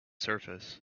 surface